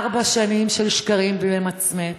ארבע שנים של שקרים בלי למצמץ,